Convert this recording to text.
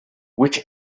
which